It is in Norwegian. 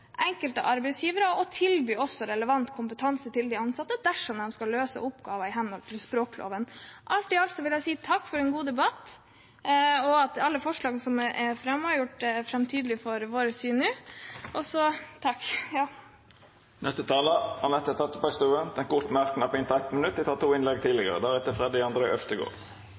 enkelte arbeidsgivere til å tilby relevant kompetanse til de ansatte dersom man skal løse oppgaver i henhold til språkloven. Alt i alt vil jeg si takk for en god debatt, og når det gjelder alle forslagene som er fremmet, har jeg nå tydeliggjort vårt syn. Representanten Anette Trettebergstuen har hatt ordet to gonger tidlegare og får ordet til ein kort merknad, avgrensa til 1 minutt.